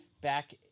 back